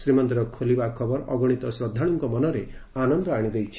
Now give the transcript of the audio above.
ଶ୍ରୀମନ୍ଦିର ଖୋଲିବା ଖବର ଅଗଣିତ ଶ୍ରଦ୍ଧାଳୁଙ୍କ ମନରେ ଆନନ୍ଦ ଆଶି ଦେଇଛି